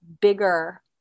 bigger